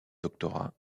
doctorat